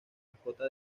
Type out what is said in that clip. mascota